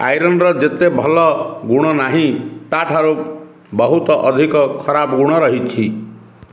ଆଇରନ୍ର ଯେତେ ଭଲ ଗୁଣ ନାହିଁ ତା' ଠାରୁ ବହୁତ ଅଧିକ ଖରାପ୍ ଗୁଣ ରହିଛି